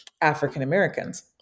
African-Americans